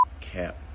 Cap